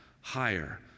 higher